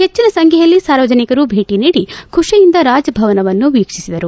ಹೆಚ್ಚಿನ ಸಂಖ್ಯೆಯಲ್ಲಿ ಸಾರ್ವಜನಿಕರು ಭೇಟಿ ನೀಡಿ ಖುಷಿಯಿಂದ ರಾಜಭವನವನ್ನು ವೀಕ್ಷಿಸಿದರು